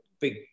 big